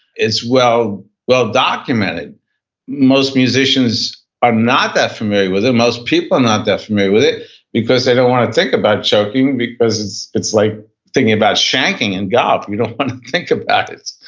it's well-documented. most musicians are not that familiar with it. most people are not that familiar with it because they don't want to think about choking because it's it's like thinking about shanking in golf. you don't want to think about it,